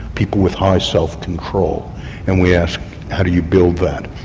people with high self control and we ask how do you build that?